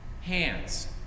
hands